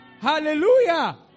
Hallelujah